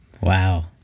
Wow